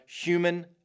human